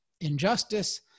injustice